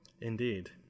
Indeed